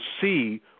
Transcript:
see